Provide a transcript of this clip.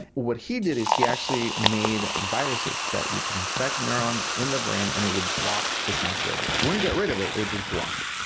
what he did is he actually made viruses that you could infect neurons in the brain and it would block this master regulator. it wouldn't get rid of it, it would just block it.